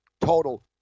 Total